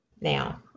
now